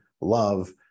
love